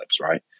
right